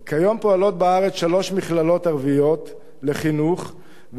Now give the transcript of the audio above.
כיום פועלות בארץ שלוש מכללות ערביות לחינוך ועוד